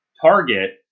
target